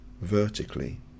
vertically